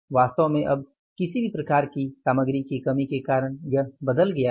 वास्तव में अब किसी भी प्रकार की सामग्री की कमी के कारण यह बदल गया है